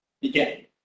begin